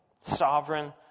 sovereign